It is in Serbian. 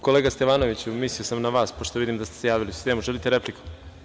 Kolega Stevanoviću, mislio sam na vas, pošto vidim da ste se javili u sistemu, želite repliku?